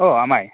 अ आमाय